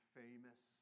famous